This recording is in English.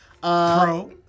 Pro